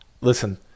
listen